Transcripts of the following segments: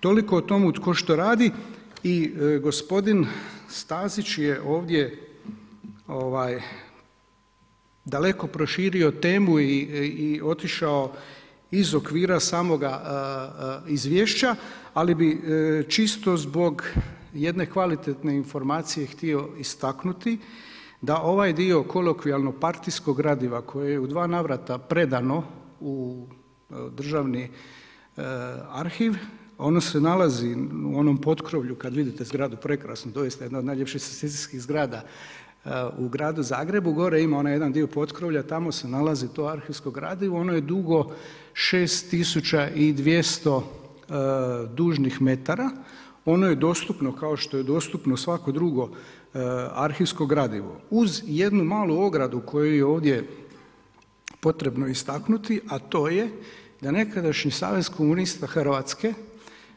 Toliko o tomu tko što radi i gospodin Stazić je ovdje daleko proširio temu i otišao iz okvira samoga izvješća, ali bi čisto zbog jedne kvalitetne informacije htio istaknuti da ovaj dio kolokvijalno partijskog gradiva koje je u 2 navrata predano u Državni arhiv, ono se nalazi u onom potkrovlju, kad vidite zgradu prekrasnu, doista jedna od najljepših … zgrada u gradu Zagrebu, gore ima onaj jedan dio potkrovlja, tamo se nalazi to arhivsko gradivo, ono je dugo 6200 dužnih metara, ono je dostupno, kao što je dostupno svako drugo arhivsko gradivo, uz jednu malu ogradu koju je ovdje potrebno istaknuti, a to je da nekadašnji Savez komunista Hrvatske,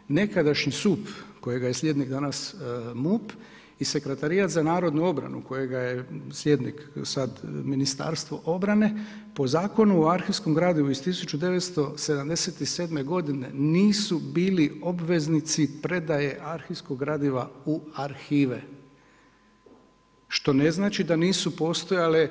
nekadašnji SUP kojega je slijednik danas MUP i Sekratarijat za narodnu obranu kojega je slijednik sad Ministarstvo obrane, po Zakonu o arhivskom gradivu iz 1977. godine nisu bili obveznici predaje arhivskog gradiva u arhive, što ne znači da nisu postojale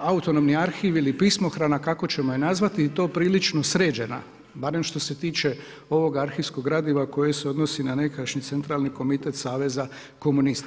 autonomni arhiv ili pismohrana, kako ćemo je nazvati, i to prilično sređena, barem što se tiče ovog arhivskog gradiva koje se odnosi na nekadašnji centralni komitet Saveza komunista.